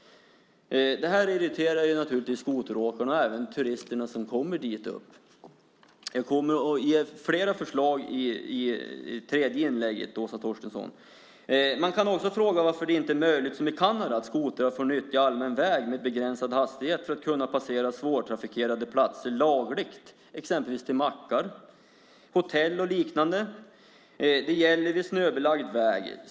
Det irriterar naturligtvis skoteråkarna och även turisterna som kommer dit upp. Jag kommer att ge flera förslag i tredje inlägget, Åsa Torstensson. Man kan också fråga sig varför det inte är möjligt, som i Kanada, för skoteråkare att nyttja allmän väg med begränsad hastighet för att kunna ta sig till svårtrafikerade platser lagligt, exempelvis till mackar, hotell och liknande. Det gäller vid snöbelagd väg.